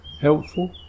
helpful